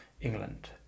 England